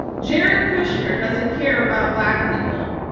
jared kushner doesn't care about black people.